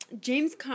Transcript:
James